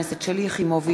מתכבדת להודיעכם,